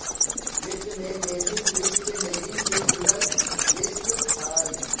वित्त में basis risk hedging से जुड़ल रिस्क हहई